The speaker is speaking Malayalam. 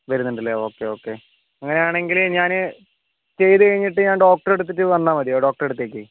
വരുന്നുണ്ടല്ലേ ഓക്കേ ഓക്കേ അങ്ങനെയാണെങ്കിൽ ഞാൻ ചെയ്തുകഴിഞ്ഞിട്ട് ഞാൻ ഡോക്ടർ എടുത്തിട്ട് വന്നാൽ മതിയോ ഡോക്ടറുടെ അടുത്തേക്ക്